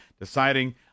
deciding